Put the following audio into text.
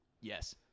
yes